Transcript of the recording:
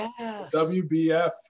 wbf